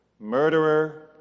murderer